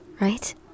right